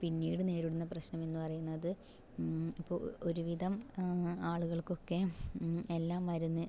പിന്നീട് നേരിടുന്ന പ്രശ്നം എന്ന് പറയുന്നത് ഇപ്പോൾ ഒരുവിധം ആളുകൾക്ക് ഒക്കെ എല്ലാം മരുന്ന്